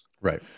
Right